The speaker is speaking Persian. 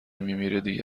میمیره، دیگه